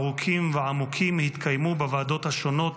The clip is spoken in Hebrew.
ארוכים ועמוקים התקיימו בוועדות השונות